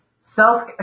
self